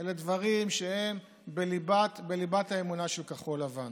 אלה דברים שהם בליבת האמונה של כחול לבן.